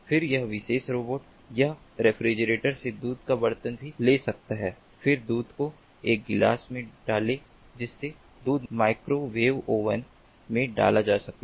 फिर यह विशेष रोबोट यह रेफ्रिजरेटर से दूध का बर्तन भी ले सकता है फिर दूध को एक गिलास में डालें जिससे दूध माइक्रोवेव ओवन में डाला जा सके